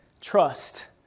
trust